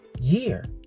year